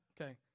Okay